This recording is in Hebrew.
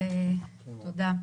תודה.